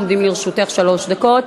עומדות לרשותך שלוש דקות.